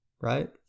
right